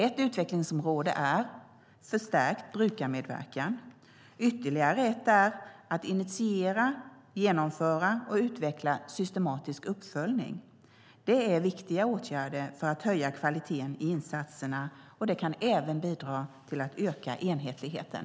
Ett utvecklingsområde är förstärkt brukarmedverkan, och ytterligare ett är att initiera, genomföra och utveckla systematisk uppföljning. Det är viktiga åtgärder för att höja kvaliteten i insatserna. Det kan även bidra till att öka enhetligheten.